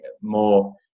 more